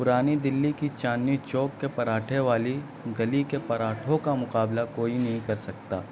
پرانی دلّی کی چاندنی چوک کے پراٹھے والی گلی کے پراٹھوں کا مقابلہ کوئی نہیں کر سکتا